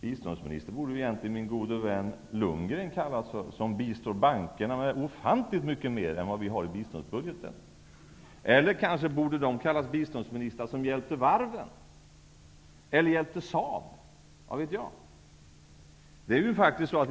Biståndsminister borde egentligen min gode vän Bo Lundgren kallas, som bistår bankerna med ofantligt mycket mer än vad vi har i biståndsbudgeten. Eller kanske borde de kallas biståndsministrar som hjälpte varven, eller kanske de som hjälpte Saab? Vad vet jag.